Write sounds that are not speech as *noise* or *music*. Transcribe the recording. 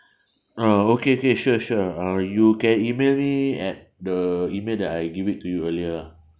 *breath* uh okay okay sure sure uh you can email me at the email that I give it to you earlier ah